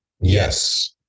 Yes